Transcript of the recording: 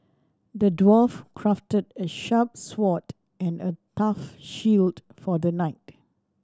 the dwarf crafted a sharp sword and a tough shield for the knight